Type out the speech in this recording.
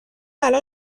الان